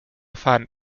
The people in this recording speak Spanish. fan